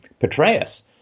Petraeus